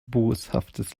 boshaftes